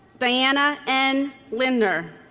diana n. lindner